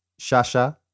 Shasha